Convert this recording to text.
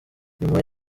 nyuma